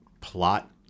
plot